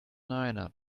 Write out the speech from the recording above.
niner